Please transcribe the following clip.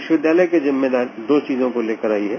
विश्वविद्यालय की जिम्मेदारी दो चीजों को लेकर आई है